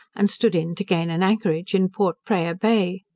and stood in to gain an anchorage in port praya bay.